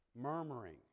murmuring